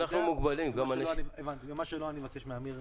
מה שלא, אני אבקש מאמיר.